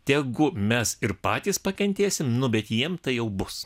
tegu mes ir patys pakentėsim nu bet jiems tai jau bus